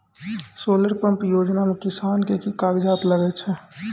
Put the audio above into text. Solar pump योजना म किसान के की कागजात लागै छै?